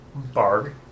Barg